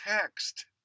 text